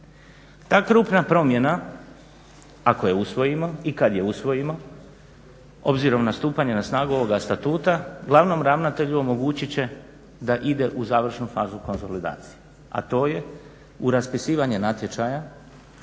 Ta krupna promjena ako je usvojimo i kad je usvojimo obzirom na stupanje na snagu ovoga Statuta glavnom ravnatelju omogućit će da ide u završnu fazu konsolidacije, a to je u raspisivanje natječaja